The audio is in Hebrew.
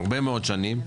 כבר הרבה מאוד שנים.